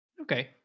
Okay